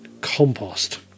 compost